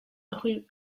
rue